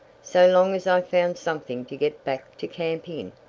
so long as i found something to get back to camp in.